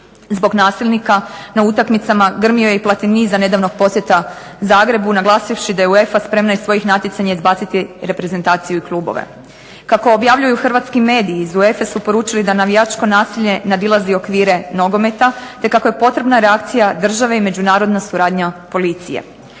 Zbog nasilnika na utakmicama grmio je i Platini za nedavnog posjeta Zagrebu, naglasivši da je UEFA spremna iz svojih natjecanja izbaciti reprezentaciju i klubove. Kako objavljuju hrvatski mediji iz UEFA-e su poručili da navijačko nasilje nadilazi okvire nogometa, te kako je potrebna reakcija države i međunarodna suradnja policije.